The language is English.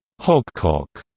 hogcock,